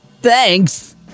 thanks